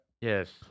Yes